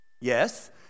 Yes